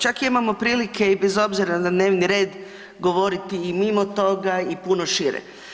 Čak imamo prilike i bez obzira na dnevni red, govoriti i mimo toga i puno šire.